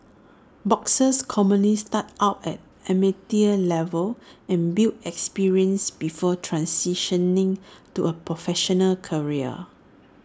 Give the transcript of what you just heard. boxers commonly start out at amateur level and build experience before transitioning to A professional career